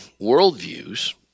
worldviews